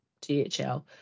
DHL